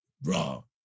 Bro